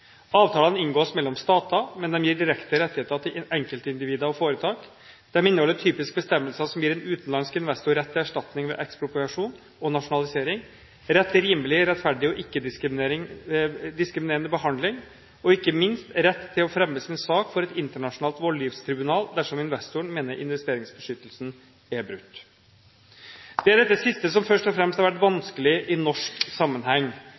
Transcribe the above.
Avtalene inngås mellom stater, men de gir direkte rettigheter til enkeltindivider og foretak. De inneholder typisk bestemmelser som gir en utenlandsk investor rett til erstatning ved ekspropriasjon og nasjonalisering, rett til rimelig, rettferdig og ikke-diskriminerende behandling og ikke minst rett til å fremme sin sak for et internasjonalt voldgiftstribunal dersom investoren mener investeringsbeskyttelsesavtalen er brutt. Det er dette siste som først og fremst har vært vanskelig i norsk sammenheng.